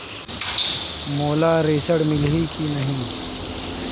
मोला ऋण मिलही की नहीं?